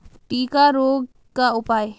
टिक्का रोग का उपाय?